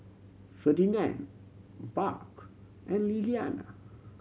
Ferdinand Barb and Lilliana